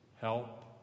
help